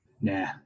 Nah